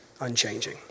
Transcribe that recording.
unchanging